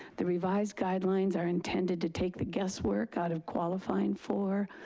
the revised guidelines are intended to take the guesswork out of qualifying for,